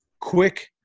Quick